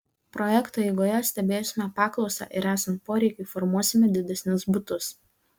projekto eigoje stebėsime paklausą ir esant poreikiui formuosime didesnius butus